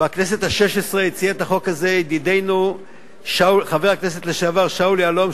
בכנסת השש-עשרה הציע את החוק הזה ידידנו חבר הכנסת לשעבר שאול יהלום,